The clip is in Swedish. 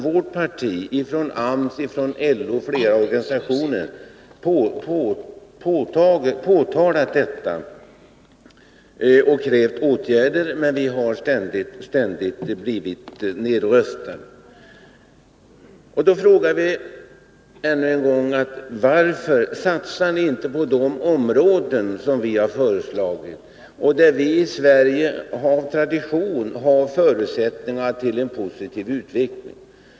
Vårt parti, AMS, LO och flera andra organisationer har påtalat detta förhållande och krävt åtgärder, men vi har ständigt blivit nedröstade. Varför satsar ni inte på de områden som vi har föreslagit, områden där vi av tradition har förutsättningar att få en positiv utveckling?